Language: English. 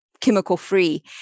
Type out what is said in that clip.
chemical-free